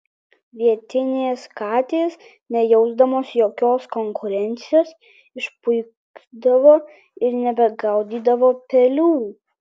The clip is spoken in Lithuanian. vietinės katės nejausdamos jokios konkurencijos išpuikdavo ir nebegaudydavo pelių